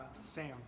Sam